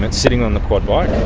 and sitting on the quad bike,